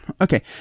okay